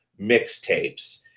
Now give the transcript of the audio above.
mixtapes